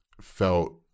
felt